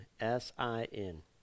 s-i-n